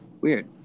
Weird